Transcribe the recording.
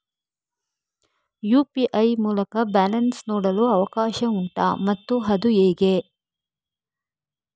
UPI ಮೂಲಕ balance ನೋಡಲು ಅವಕಾಶ ಉಂಟಾ ಮತ್ತು ಅದು ಹೇಗೆ?